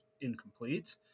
incomplete